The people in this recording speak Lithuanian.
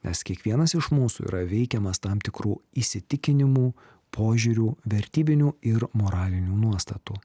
nes kiekvienas iš mūsų yra veikiamas tam tikrų įsitikinimų požiūrių vertybinių ir moralinių nuostatų